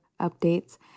updates